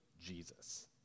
Jesus